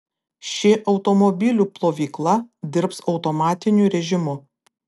ši automobilių plovykla dirbs automatiniu rėžimu